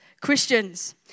Christians